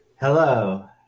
Hello